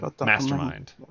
Mastermind